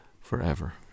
forever